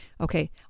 Okay